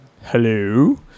Hello